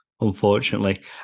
unfortunately